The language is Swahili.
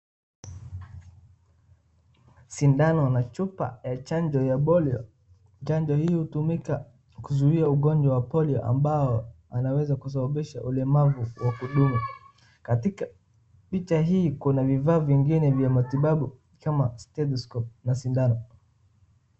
Sindano na chupa ya chanjo ya polio Chanjo hii hutumika kuzuia ugonjwa wa polio ambao unaweza kusababisha ulemavu wa kudumu. Katika picha hii kuna vifaa vingine vya matibabu kama stethoscope na sindano.